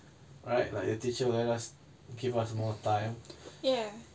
right like the teacher will let us give us more time ya